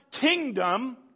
kingdom